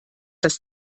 das